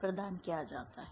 प्रदान किया जाता है